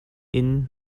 remh